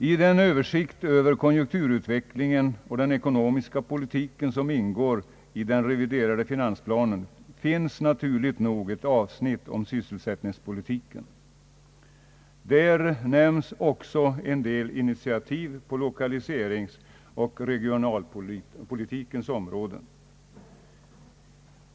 I den översikt över konjunkturutvecklingen och den ekonomiska Ppolitiken som ingår i den reviderade finansplanen finns naturligt nog ett avsnitt om sysselsättningspolitiken. Där nämns också en del initiativ på lokaliseringsoch regionalpolitikens område.